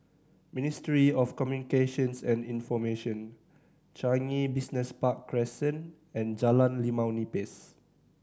Ministry of Communications and Information Changi Business Park Crescent and Jalan Limau Nipis